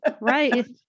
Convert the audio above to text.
Right